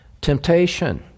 temptation